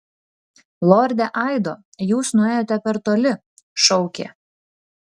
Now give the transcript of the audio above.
lorde aido jūs nuėjote per toli šaukė